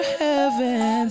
heaven